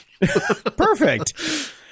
Perfect